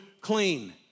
clean